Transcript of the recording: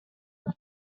une